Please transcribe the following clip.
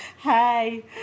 Hey